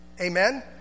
Amen